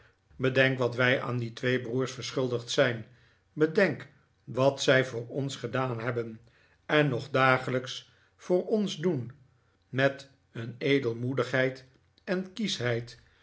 bedenk wat wij aan die twee broers verschuldigd zijn bedenk wat zij voor ons gedaan hebben en nog dagelijks voor ona doen met een edelmoedigheid en